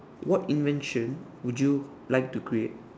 what invention would you like to create